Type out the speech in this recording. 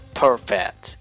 perfect